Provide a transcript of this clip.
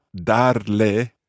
darle